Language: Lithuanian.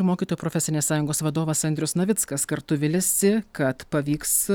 mokytojų profesinės sąjungos vadovas andrius navickas kartu viliasi kad pavyks